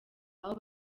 aho